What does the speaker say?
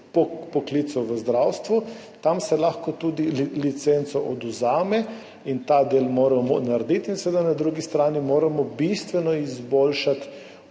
poklicev v zdravstvu. Tam se lahko tudi licenco odvzame. Ta del moramo narediti. In na drugi strani moramo bistveno izboljšati